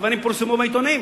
הדברים פורסמו בעיתונים.